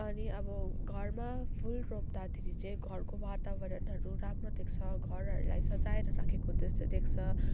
अनि अब घरमा फुल रोप्दाखेरि चाहिँ घरको वातावरणहरू राम्रो देख्छ घरहरूलाई सजाएर राखेको जस्तो देख्छ